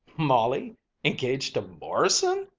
molly engaged to morrison!